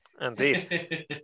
Indeed